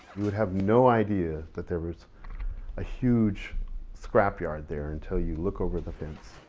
you would have no idea that there was a huge scrap yard there until you look over the fence.